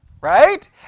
right